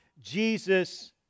Jesus